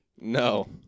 No